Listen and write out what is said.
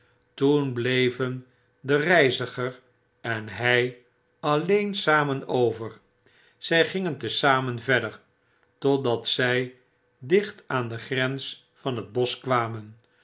toen bleven de reiziger en hy alleen samen over zy gingen te zamen verder totdat zij dicht aan de grens van het bosch kwamen